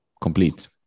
complete